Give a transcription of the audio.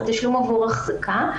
זה תשלום עבור אחזקה.